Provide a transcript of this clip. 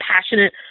passionate